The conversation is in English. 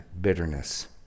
bitterness